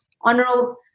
honorable